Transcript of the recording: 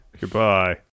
Goodbye